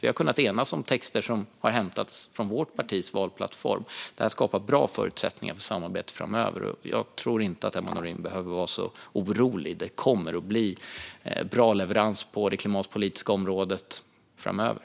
Vi har kunnat enas om texter som har hämtats från vårt partis valplattform. Det här skapar bra förutsättningar för samarbete framöver. Jag tror inte att Emma Nohrén behöver vara så orolig. Det kommer att bli bra leverans på det klimatpolitiska området framöver.